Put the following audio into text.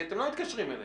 כי אתם לא מתקשרים אליכם.